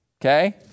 okay